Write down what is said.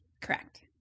Correct